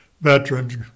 veterans